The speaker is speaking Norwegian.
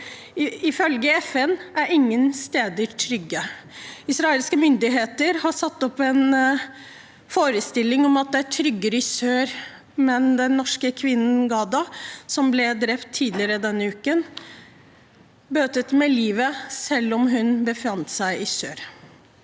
Ifølge FN er ingen steder trygge. Israelske myndigheter har skapt en forestilling om at det er tryggere i sør, men den norske kvinnen Ghadah Hassan Abudaqah, som ble drept tidligere denne uken, måtte bøte med livet selv om hun befant seg i sør.